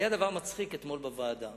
היה דבר מצחיק אתמול בוועדה.